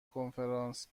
کنفرانس